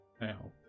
now